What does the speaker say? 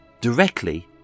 directly